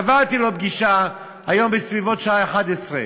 קבעתי לו פגישה היום בסביבות שעה 11:00,